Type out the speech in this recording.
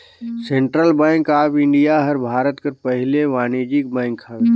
central bank of India हर भारत कर पहिल वानिज्यिक बेंक हवे